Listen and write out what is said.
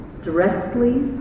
directly